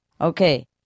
okay